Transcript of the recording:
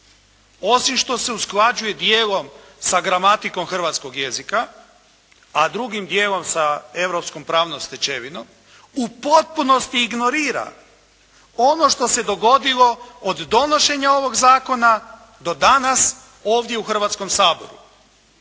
osim što se usklađuje dijelom sa gramatikom hrvatskog jezika, a drugim dijelom sa europskom pravnom stečevinom u potpunosti ignorira ono što se dogodilo od donošenja ovog zakona do danas ovdje u Hrvatskom saboru.